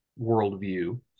worldview